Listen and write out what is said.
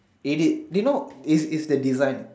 eat it do you know is is the design